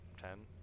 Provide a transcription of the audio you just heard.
ten